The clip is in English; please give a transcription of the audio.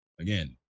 again